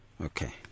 Okay